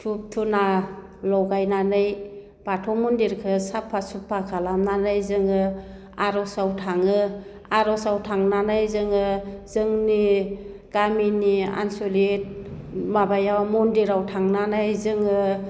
धुप धुना लगायनानै बाथौ मन्दिरखो साफा सुफा खालामनानै जोङो आर'जआव थाङो आर'जआव थांनानै जोङो जोंनि गामिनि आन्सलिक माबायाव मन्दिराव थांनानै जोङो